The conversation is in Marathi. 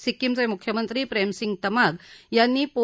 सिक्कीमचे मुख्यमंत्री प्रेमसिंग तमाग यांनी पो